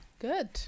Good